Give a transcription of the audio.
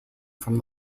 from